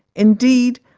indeed,